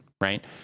right